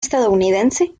estadounidense